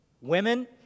Women